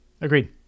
Agreed